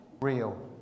real